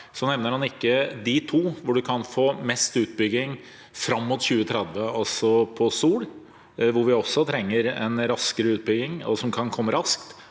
nevner han ikke de to områdene hvor man kan få mest utbygging fram mot 2030. Det er på sol, hvor vi også trenger en raskere utbygging som kan komme raskt